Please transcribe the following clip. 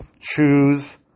choose